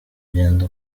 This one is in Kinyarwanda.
ugenda